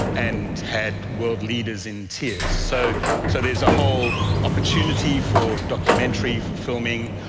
and had world leaders in tears. so so there's a whole opportunity for documentary, for filming.